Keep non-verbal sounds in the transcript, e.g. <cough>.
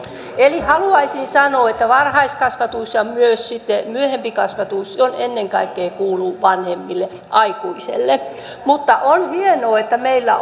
eli haluaisin sanoa että varhaiskasvatus ja myös myöhempi kasvatus ennen kaikkea kuuluu vanhemmille aikuiselle mutta on hienoa että meillä <unintelligible>